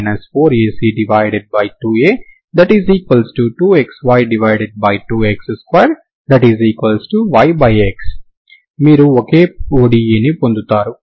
అంటే dydxB±B2 4AC2A2xy2x2yx మీరు ఒకే ODEని పొందుతారు